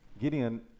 Gideon